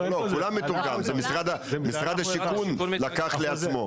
לא, כולם מתורגם, זה משרד השיכון לקח לעצמו.